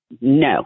No